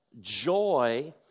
joy